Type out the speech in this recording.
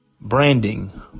Branding